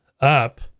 up